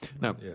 now